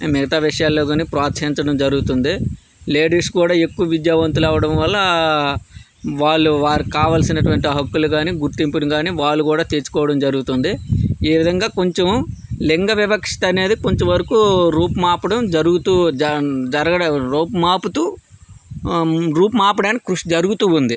మిగతా విషయాల్లో కాని ప్రోత్సహించడం జరుగుతుంది లేడీస్ కూడా ఎక్కువ విద్యావంతులు అవ్వడం వల్ల వాళ్ళు వారు కావలసినటువంటి హక్కులు కాని గుర్తింపును కాని వాళ్ళు కూడా తెచ్చుకోవడం జరుగుతుంది ఈ విధంగా కొంచెం లింగ వివక్షిత అనేది కొంతవరకు రూపుమాపుతూ జరుగుతూ జరగడం రూపుమాపుతూ రూపుమాపడానికి కృషి జరుగుతూ ఉంది